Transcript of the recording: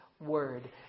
word